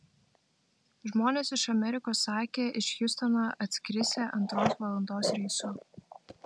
žmonės iš amerikos sakė iš hjustono atskrisią antros valandos reisu